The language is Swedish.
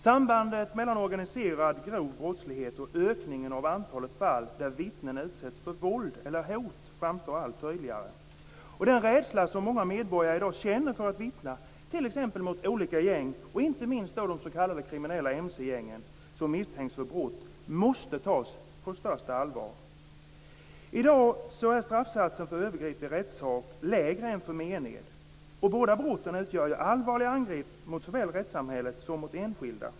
Sambandet mellan organiserad grov brottslighet och ökningen av antalet fall där vittnen utsätts för våld eller hot framstår allt tydligare, och den rädsla som många medborgare i dag känner för att vittna t.ex. mot olika gäng, inte minst mot mc-gäng som misstänks för brott, måste tas på största allvar. I dag är straffsatsen för övergrepp i rättssak lägre än för mened, och båda brotten utgör allvarliga angrepp såväl mot rättssamhället som mot enskilda.